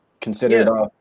considered